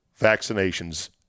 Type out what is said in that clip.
vaccinations